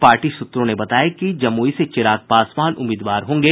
party सूत्रों ने बताया कि जमुई से चिराग पासवान उम्मीदवार होंगे